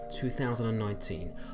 2019